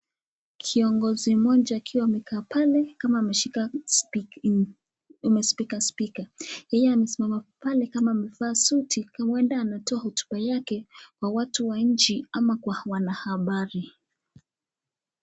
Kiongizi moja akiwa amekaa pale kama ameshika spika spika yeye amesimama pale kama amefaa suti, uenda anatoa hotuba yake kwa watu wa nchi ama kwa wanahabari.